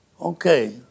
Okay